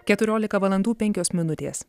keturiolika valandų penkios minutės